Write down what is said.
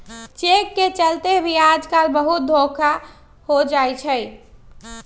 cheque के चलते भी आजकल बहुते धोखा हो जाई छई